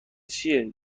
چیه